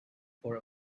for